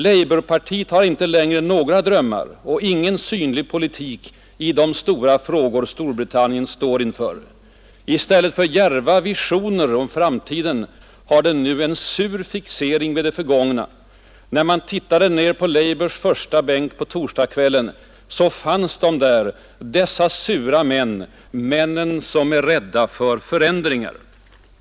Labourpartiet har inte längre några drömmar och ingen synlig politik i de stora frågor Storbritannien står inför. I stället för djärva visioner om framtiden har det nu en sur fixering vid det förgångna. När man tittade ner på labours första bänk på torsdagskvällen, så fanns de där, dessa sura män, männen som är rädda för förändringar.